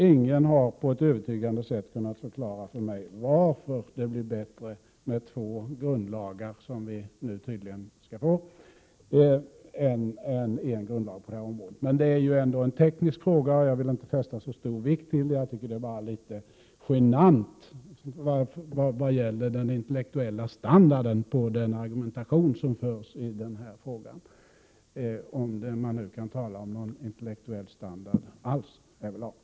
Ingen har på ett övertygande sätt kunnat förklara för mig varför yttrandefriheten blir bättre skyddad med de två grundlagar som vi tydligen skall få på detta område. Det är dock en teknisk fråga som jag inte fäster så stor vikt vid. Jag tycker bara att det är litet genant vad gäller den intellektuella standarden på argumentationeni den här frågan, om man nu alls kan tala om någon intellektuell standard härvidlag.